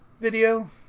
video